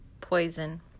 Poison